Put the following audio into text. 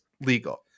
legal